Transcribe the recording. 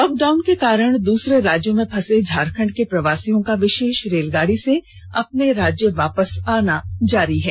lockdown के कारण दूसरे राज्यों में फंसे झारखंड के प्रवासियों का विषेष रेलगाड़ी से अपने राज्य में वापस आना जारी है